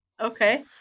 Okay